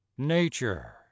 nature